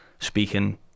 speaking